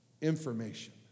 Information